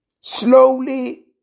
slowly